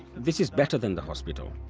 this is better than the hospital.